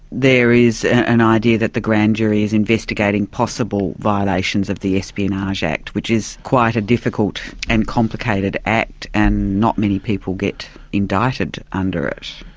there is an idea that the grand jury is investigating possible violations of the espionage act, which is quite a difficult and complicated act and not many people get indicted under it.